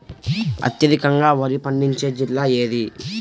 అత్యధికంగా వరి పండించే జిల్లా ఏది?